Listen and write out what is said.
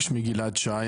שמי גלעד שי,